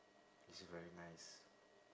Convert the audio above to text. is very nice